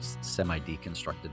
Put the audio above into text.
semi-deconstructed